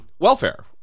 welfare